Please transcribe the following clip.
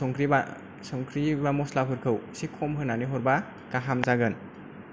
संख्रि एबा मसलाफोरखौ एसे खम होनानै हरबा गाहाम जागोन